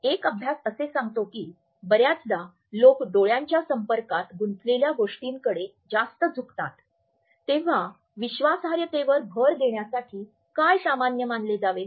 एक अभ्यास असे सांगतो की बर्याचदा लोक डोळ्यांच्या संपर्कात गुंतलेल्या गोष्टीकडे जास्त झुकतात तेव्हा विश्वासार्हतेवर भर देण्यासाठी काय सामान्य मानले जावे